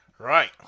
Right